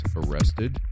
arrested